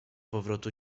powrotu